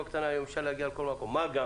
אפשר להגיע לכל מקום, מה גם